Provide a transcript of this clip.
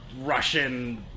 Russian